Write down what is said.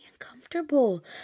uncomfortable